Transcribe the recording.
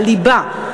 הליבה,